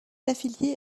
affiliée